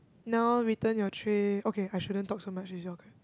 now return your tray okay I shouldn't talk so much is your